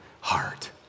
heart